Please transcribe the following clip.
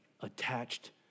attached